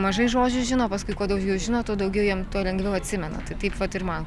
mažai žodžių žino paskui kuo daugiau žino tuo daugiau jam tuo lengviau atsimena tai taip vat ir man